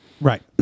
Right